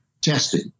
testing